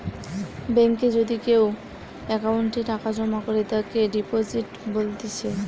বেঙ্কে যদি কেও অ্যাকাউন্টে টাকা জমা করে তাকে ডিপোজিট বলতিছে